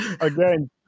again